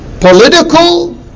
political